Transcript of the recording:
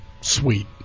Sweet